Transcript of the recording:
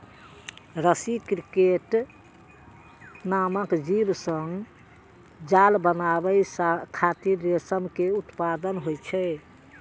रसी क्रिकेट नामक जीव सं जाल बनाबै खातिर रेशम के उत्पादन होइ छै